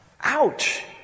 Ouch